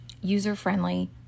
user-friendly